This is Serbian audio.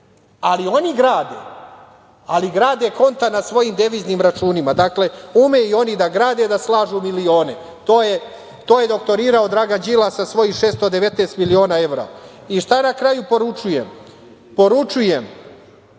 oni grade, ali grade konta na svojim deviznim računima. Dakle, umeju i oni da grade i da slažu milione. To je doktorirao Dragan Đilas sa svojih 619 miliona evra. Šta na kraju poručujem? Poručujem